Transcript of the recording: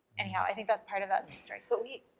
anyhow i think that's part of that story, but wait,